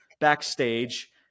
backstage